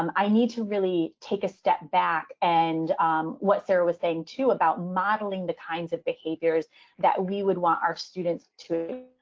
um i need to really take a step back. and what sarah was saying, too, about modeling the kinds of behaviors that we would want our students to.